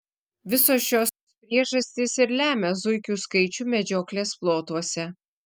visos šios priežastys ir lemia zuikių skaičių medžioklės plotuose